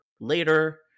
later